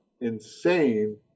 insane